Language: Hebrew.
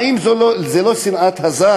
האם זו לא שנאת הזר?